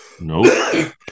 Nope